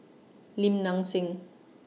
Lim Nang Seng